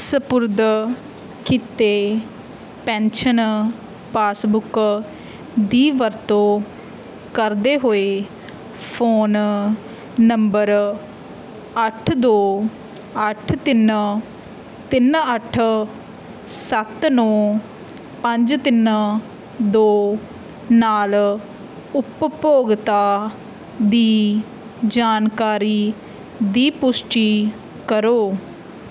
ਸਪੁਰਦ ਕੀਤੇ pension passbook ਦੀ ਵਰਤੋਂ ਕਰਦੇ ਹੋਏ ਫ਼ੋਨ ਨੰਬਰ ਅੱਠ ਦੋ ਅੱਠ ਤਿੰਨ ਤਿੰਨ ਅੱਠ ਸੱਤ ਨੌਂ ਪੰਜ ਤਿੰਨ ਦੋ ਨਾਲ ਉਪਭੋਗਤਾ ਦੀ ਜਾਣਕਾਰੀ ਦੀ ਪੁਸ਼ਟੀ ਕਰੋ